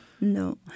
no